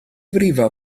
frifo